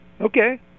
Okay